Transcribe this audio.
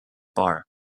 bar